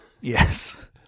Yes